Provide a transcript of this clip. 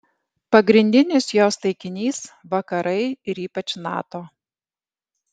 pagrindinis jos taikinys vakarai ir ypač nato